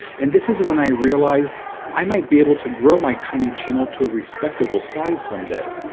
and this is when i realized i might be able to grow my tiny channel to a respectable size someday.